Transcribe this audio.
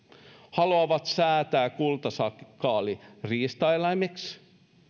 haluamme säätää kultasakaalin riistaeläimeksi